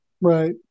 Right